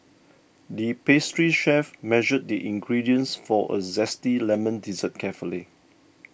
the pastry chef measured the ingredients for a Zesty Lemon Dessert carefully